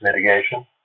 mitigation